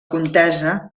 contesa